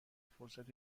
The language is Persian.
فرصت